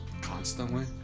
constantly